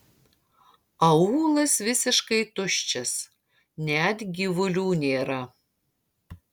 aūlas visiškai tuščias net gyvulių nėra